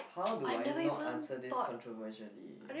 how do I not answer this controversially